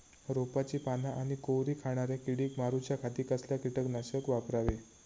रोपाची पाना आनी कोवरी खाणाऱ्या किडीक मारूच्या खाती कसला किटकनाशक वापरावे?